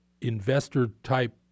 investor-type